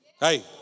Hey